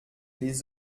les